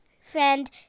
friend